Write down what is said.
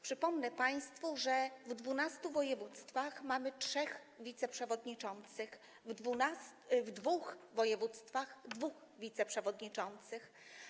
Przypomnę państwu, że w dwunastu województwach mamy trzech wiceprzewodniczących, a w dwóch województwach - dwóch wiceprzewodniczących.